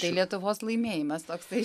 tai lietuvos laimėjimas toksai